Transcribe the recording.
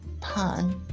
pun